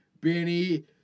Benny